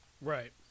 Right